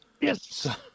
Yes